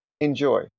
enjoy